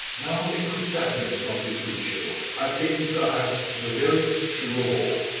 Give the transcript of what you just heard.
now, in good sadness, son petruchio, i think thou hast the veriest shrew of all.